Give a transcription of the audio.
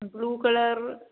blue color